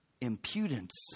impudence